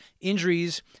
injuries